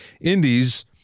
indies